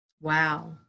Wow